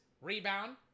Rebound